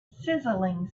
sizzling